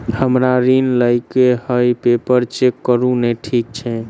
हमरा ऋण लई केँ हय पेपर चेक करू नै ठीक छई?